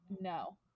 no